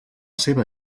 seva